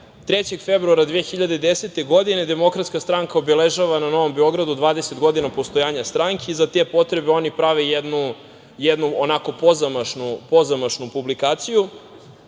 3. februara 2010. godine Demokratska stranka obeležava na Novom Beogradu 20 godina postojanja stranke i za te potrebe oni prave jednu, onako pozamašnu, publikaciju.